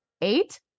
eight